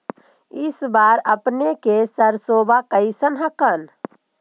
इस बार अपने के सरसोबा कैसन हकन?